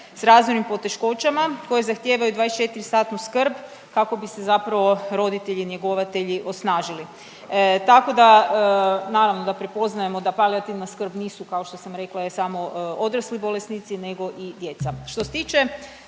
s razvojnim poteškoćama koji zahtijevaju 24-satnu skrb kako bi se zapravo roditelji-njegovatelji osnažili. Tako da naravno da prepoznajemo da palijativna skrb nisu kao što sam rekla samo odrasli bolesnici nego i djeca. Što se tiče